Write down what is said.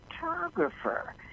photographer